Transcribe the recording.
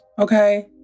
okay